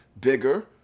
bigger